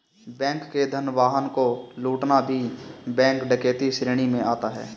bank के धन वाहन को लूटना भी बैंक डकैती श्रेणी में आता है